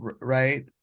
Right